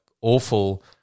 awful